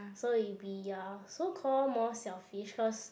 so it be ya so called more selfish cause